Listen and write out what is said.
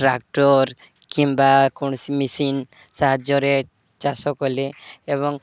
tractor କିମ୍ବା କୌଣସି machine ସାହାଯ୍ୟରେ ଚାଷ କଲେ ଏବଂ